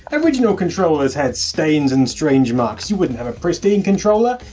original controllers had stains and strange marks, you wouldn't have a pristine controller.